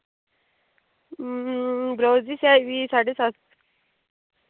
blouse दी सेआई बी साढे सत्त सौ